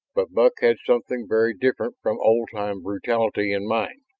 but buck had something very different from old-time brutality in mind.